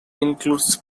includes